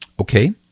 Okay